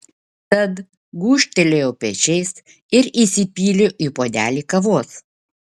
tad gūžtelėjau pečiais ir įsipyliau į puodelį kavos